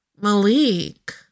Malik